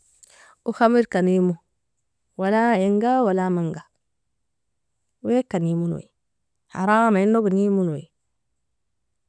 Oui khamerka nemo wala inga wala manga, wake nemonui haramainog nemonui.